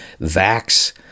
vax